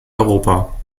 europa